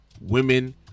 women